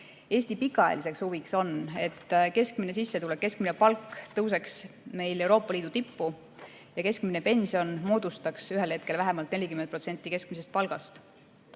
Eesti pikaajaline huvi on, et keskmine sissetulek, keskmine palk tõuseks meil Euroopa Liidu tippu ja keskmine pension moodustaks ühel hetkel vähemalt 40% keskmisest palgast.